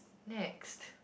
next